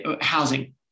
housing